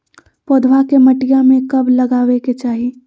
पौधवा के मटिया में कब लगाबे के चाही?